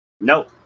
No